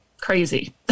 crazy